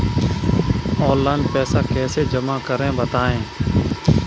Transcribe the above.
Online पैसा कैसे जमा करें बताएँ?